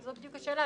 זו בדיוק השאלה.